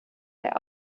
der